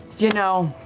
you know,